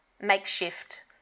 makeshift